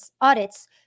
audits